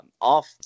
off